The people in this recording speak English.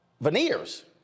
veneers